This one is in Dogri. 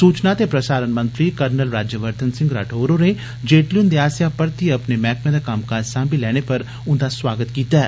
सूचना ते प्रसारण मंत्री कर्नल राज्यवर्घन सिंह राठौर होरें जेटली हुन्दे आस्सेआ परतिए अपने मैहकमें दा कम्मकाज साम्बी लैने पर स्वागत कीता ऐ